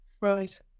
right